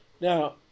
Now